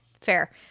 fair